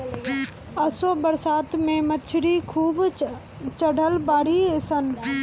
असो बरसात में मछरी खूब चढ़ल बाड़ी सन